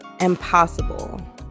Impossible